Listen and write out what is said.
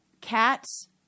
cat's